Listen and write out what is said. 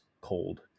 cold